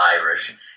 Irish